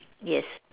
yes